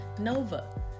Nova